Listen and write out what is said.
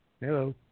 Hello